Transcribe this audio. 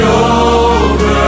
over